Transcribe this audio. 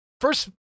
First